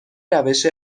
روش